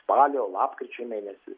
spalio lapkričio mėnesį